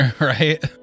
right